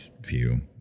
view